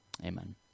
Amen